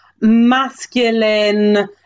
masculine